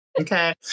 Okay